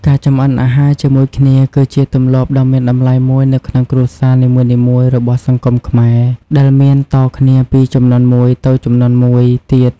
ការចម្អិនអាហារជាមួយគ្នាគឺជាទម្លាប់ដ៏មានតម្លៃមួយនៅក្នុងគ្រួសារនីមួយៗរបស់សង្គមខ្មែរ ដែលមានតគ្នាពីជំនាន់មួយទៅជំនាន់មួយទៀត ។